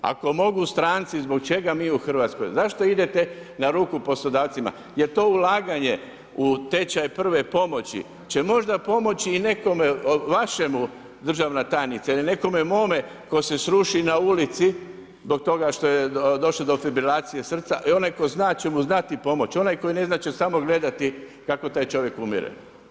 Ako mogu stranci, zbog čega mi u Hrvatskoj, zašto idete na ruku poslodavcima, jer to ulaganje u tečaj prve pomoći će možda pomoći i nekome vašemu, državna tajnice, ili nekome mome tko se sruši na ulici zbog toga što je došlo do fibrilacije srca i onaj koji zna će mu znati pomoć, onaj koji ne zna će samo gledati kako taj čovjek umire.